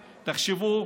תחשבו,